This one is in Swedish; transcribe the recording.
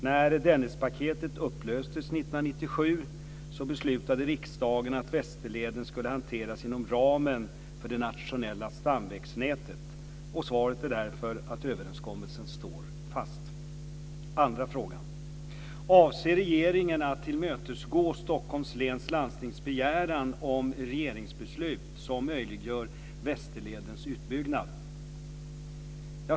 När Dennispaketet upplöstes 1997 beslutade riksdagen att Västerleden skulle hanteras inom ramen för det nationella stamvägnätet. Svaret är därför att överenskommelsen står fast. 2. Avser regeringen att tillmötesgå Stockholms läns landstings begäran om regeringsbeslut som möjliggör Västerledens utbyggnad?